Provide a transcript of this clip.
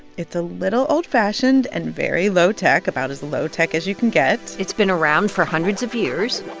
it's a little old-fashioned and very low-tech about as low-tech as you can get it's been around for hundreds of years